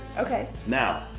ok. now,